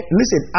listen